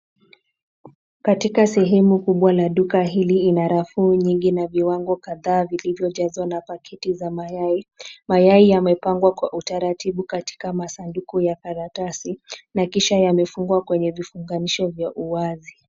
Katika sehemu kubwa la duka hili, kuna rafu nyingi na viwango kadhaa vilivyojazwa na pakiti za mayai. Mayai yamepangwa kwa utaratibu katika masanduku ya karatasi, na kisha yamefungwa kwenye vifunganisho vya uwazi.